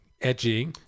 Edgy